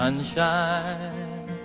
Sunshine